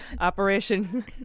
Operation